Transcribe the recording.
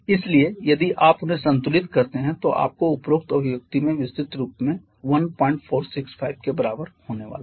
इसलिए यदि आप उन्हें संतुलित करते हैं तो आपको उपरोक्त अभिव्यक्ति में विस्तृत रूप में 1465 के बराबर होने वाला है